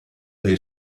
they